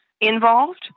involved